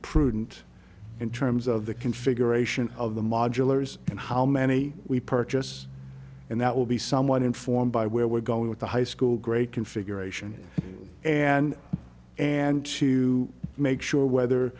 prudent in terms of the configuration of the modulars and how many we purchase and that will be somewhat informed by where we're going with the high school great configuration and and to make sure whether